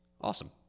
Awesome